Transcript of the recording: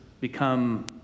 become